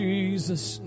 Jesus